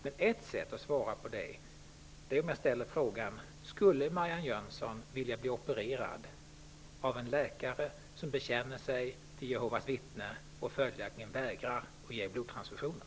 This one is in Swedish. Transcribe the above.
Men ett sätt att få ett svar är att ställa frågan så här: Skulle Marianne Jönsson vilja bli opererad av en läkare som bekänner sig till Jehovas vittnen och följaktligen vägrar ge blodtransfusioner?